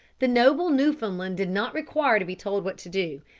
the noble newfoundland did not require to be told what to do.